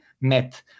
met